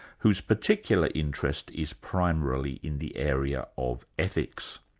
whose particular interest is primarily in the area of ethics.